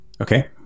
Okay